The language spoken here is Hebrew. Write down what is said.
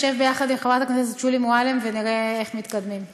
נשב ביחד עם חברת הכנסת שולי מועלם ונראה איך מתקדמים.